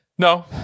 No